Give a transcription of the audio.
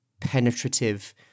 penetrative